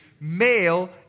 male